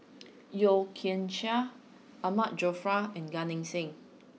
Yeo Kian Chai Ahmad Jaafar and Gan Eng Seng